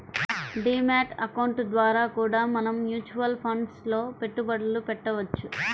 D mat account ద్వారా కూడా మనం మ్యూచువల్ ఫండ్స్ లో పెట్టుబడులు పెట్టవచ్చు